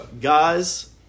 guys